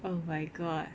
oh my god